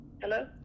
hello